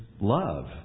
love